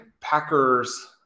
Packers